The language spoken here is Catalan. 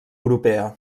europea